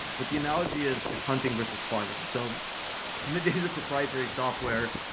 but the analogy is is hunting versus farming. so in the days of proprietary software,